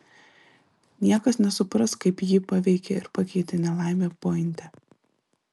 niekas nesupras kaip jį paveikė ir pakeitė nelaimė pointe